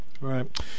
right